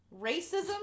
Racism